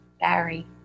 Barry